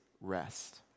rest